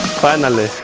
finally!